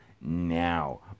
now